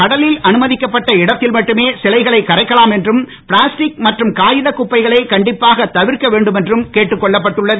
கடலில் அனுமதிக்கப்பட்ட இடத்தில் மட்டுமே சிலைகளை கரைக்கலாம் என்றும் பிளாஸ்டிக் மற்றும் காகித குப்பைகளை கண்டிப்பாக தவிர்க்க வேண்டும் என்றும் கேட்டுக் கொள்ளப்பட்டுள்ளது